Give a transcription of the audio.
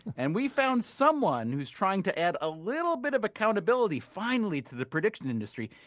and we found someone who's trying to add a little bit of accountability, finally, to the prediction industry.